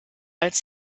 als